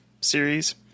series